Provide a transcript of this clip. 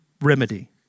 remedy